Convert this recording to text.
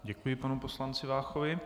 Děkuji panu poslanci Váchovi.